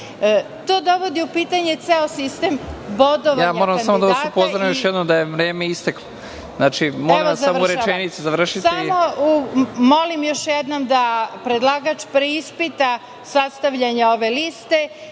To dovodi u pitanje ceo sistem bodovanja kandidata…(Predsednik: Moram da vas upozorim još jednom da je vreme isteklo. Molim vas, samo rečenicu, završite.)Završavam. Samo molim još jednom da predlagač preispita sastavljanja ove liste